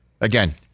again